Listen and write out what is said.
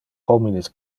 homines